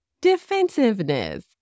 defensiveness